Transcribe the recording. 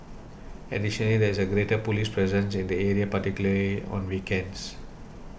additionally there is a greater police presence in the area particularly on weekends